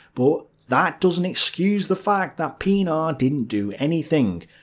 but that doesn't excuse the fact that pienaar didn't do anything.